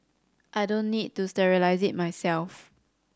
I don't need to sterilise it myself